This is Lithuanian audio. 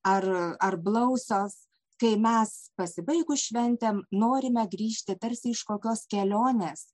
ar ar blausios kai mes pasibaigus šventėm norime grįžti tarsi iš kokios kelionės